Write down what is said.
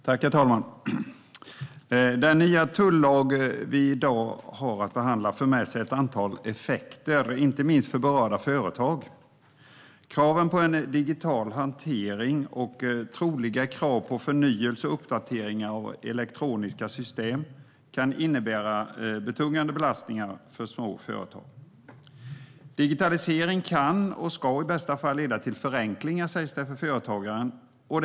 Herr talman! Den nya tullag vi i dag har att behandla för med sig ett antal effekter, inte minst för berörda företag. Kraven på en digital hantering och troliga krav på förnyelse och uppdateringar av elektroniska system kan innebära betungande belastningar för små företag. Digitalisering kan, och ska i bästa fall, leda till förenklingar för företagaren - sägs det.